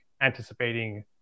anticipating